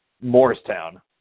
Morristown